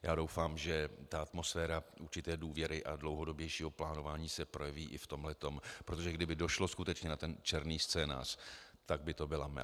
Já doufám, že atmosféra určité důvěry a dlouhodobějšího plánování se projeví i v tomhle, protože kdyby došlo skutečně na černý scénář, tak by to byla mela.